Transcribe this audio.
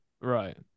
Right